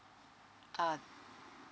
ah